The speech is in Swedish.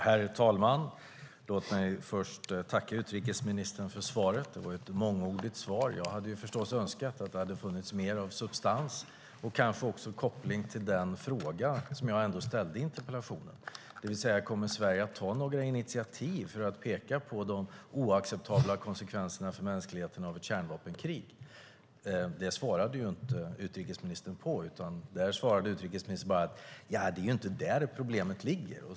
Herr talman! Låt mig först tacka utrikesministern för svaret. Det var ett mångordigt svar. Jag hade förstås önskat att det hade funnits mer av substans i det och kanske också koppling till den fråga jag ställde i interpellationen, det vill säga om Sverige kommer att ta några initiativ för att peka på de oacceptabla konsekvenserna för mänskligheten av ett kärnvapenkrig. Det svarade utrikesministern inte på. Där svarade han bara: Det är inte där problemet ligger.